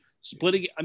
splitting